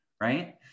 Right